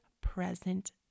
present